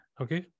Okay